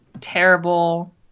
terrible